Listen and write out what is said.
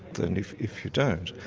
than if if you don't.